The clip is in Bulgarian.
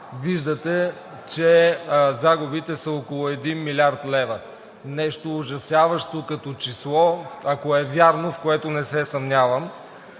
виждате, че загубите са около 1 млрд. лв. – нещо ужасяващо като число, ако е вярно, в което не се съмнявам.